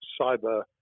cyber